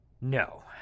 No